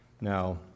Now